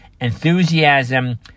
enthusiasm